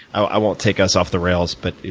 i won't take us off the rails, but